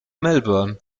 melbourne